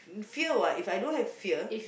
fear what If I don't have fear